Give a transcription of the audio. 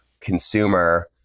consumer